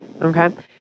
Okay